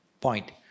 point